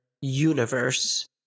Universe